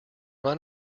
run